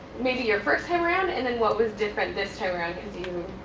maybe your first time around, and then what was different this time around, because you